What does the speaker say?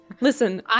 Listen